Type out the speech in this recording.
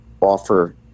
offer